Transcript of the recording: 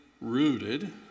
rooted